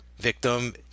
victim